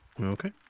Okay